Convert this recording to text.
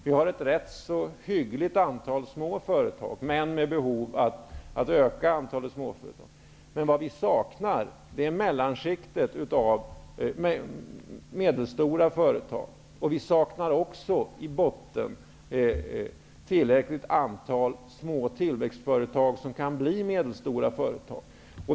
Vi har ett rätt hyggligt antal små företag, men deras antal behöver ökas. Men vad vi saknar är mellanskiktet av medelstora företag. Vi saknar också i botten tillräckligt antal små tillväxtföretag som kan bli medelstora företag.